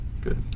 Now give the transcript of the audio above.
Good